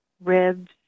ribs